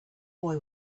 boy